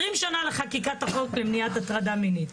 20 שנה לחקיקת החוק למניעת הטרדה מינית.